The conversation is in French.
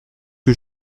que